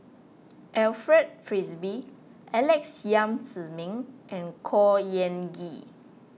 Alfred Frisby Alex Yam Ziming and Khor Ean Ghee